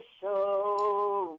show